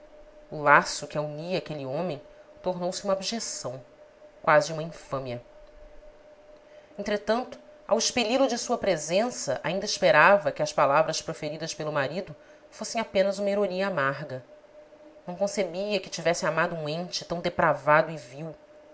o laço que a unia àquele homem tornou-se uma abjeção quase uma infâmia entretanto ao expeli lo de sua presença ainda esperava que as palavras proferidas pelo marido fossem apenas uma ironia amarga não concebia que tivesse amado um ente tão depravado e vil